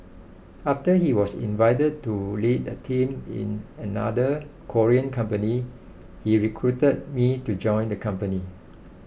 after he was invited to lead a team in another Korean company he recruited me to join the company